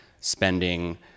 spending